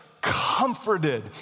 comforted